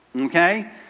Okay